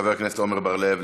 חבר הכנסת עמר בר-לב.